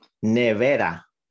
Nevera